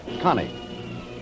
Connie